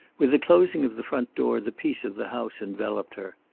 with the closing of the front door the peace of the house enveloped her.